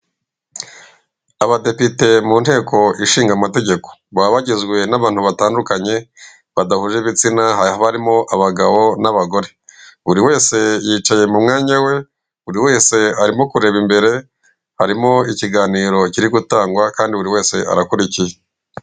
Abadepite mu nteko ishinga amategeko baba bagizwe n'abantu batandukanye badahuje ibitsina. Haba harimo abagabo n'abagore, buri wese yicaye mu mwanya we. Buri wese arimo kureba imbere, harimo ikiganiro kiri gutangwa kandi buri wese arakurikiye.